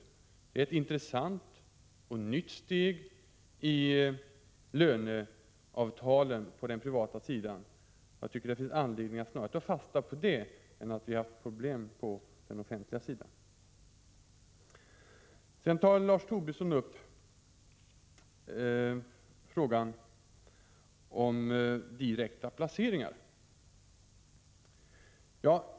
Det är ett intressant och nytt steg i löneavtalen på den privata sidan, och jag tycker att det finns anledning att snarare ta fasta på detta än på att vi haft problem på den offentliga sidan. Lars Tobisson tar upp frågan om direkta placeringar.